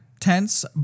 tense